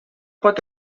pot